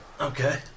Okay